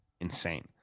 insane